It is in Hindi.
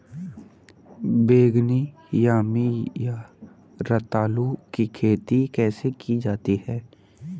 बैगनी यामी या रतालू की खेती कैसे की जाती है?